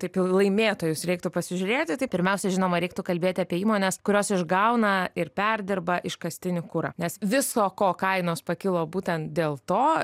taip į laimėtojus reiktų pasižiūrėti tai pirmiausia žinoma reiktų kalbėti apie įmones kurios išgauna ir perdirba iškastinį kurą nes viso ko kainos pakilo būtent dėl to